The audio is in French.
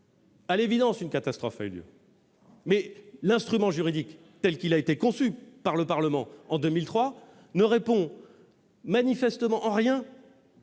À l'évidence, une catastrophe a eu lieu, mais l'instrument juridique tel qu'il a été conçu par le Parlement en 2003 ne répond manifestement ni